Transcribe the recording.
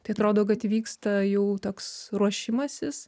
tai atrodo kad vyksta jau toks ruošimasis